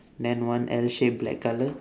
then one L shape black colour